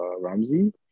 Ramsey